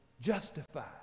justified